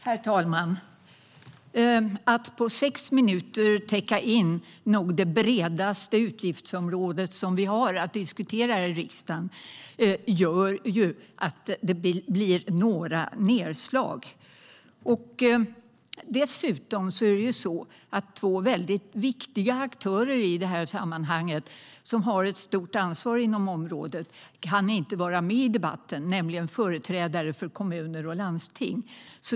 Herr talman! Att på sex minuter täcka in det förmodligen bredaste utgiftsområdet vi har att diskutera i riksdagen låter sig inte göras. Det får bli några nedslag. Dessutom kan två viktiga aktörer med ett stort ansvar på området inte vara med i debatten, nämligen kommuner och landsting.